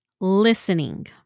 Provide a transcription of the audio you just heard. listening